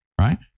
right